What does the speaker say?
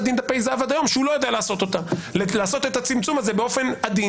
דין דפי זהב עד היום שהוא לא יודע לעשות את הצמצום הזה באופן עדין.